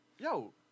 yo